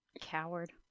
Coward